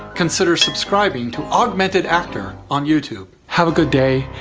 consider subscribing to augmented actor on youtube. have a good day.